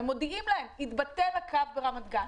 הם מודיעים להם: התבטל הקו ברמת-גן.